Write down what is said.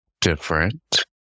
different